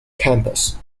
campus